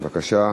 בבקשה.